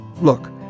Look